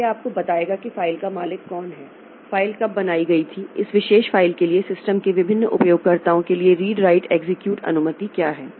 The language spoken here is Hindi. तो यह आपको बताएगा कि फ़ाइल का मालिक कौन है फ़ाइल कब बनाई गई थी इस विशेष फ़ाइल के लिए सिस्टम के विभिन्न उपयोगकर्ताओं के लिए रीड राइट एग्जीक्यूट अनुमति क्या है